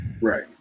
Right